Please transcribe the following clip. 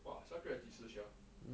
!wah! 下个月几时 sia